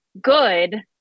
good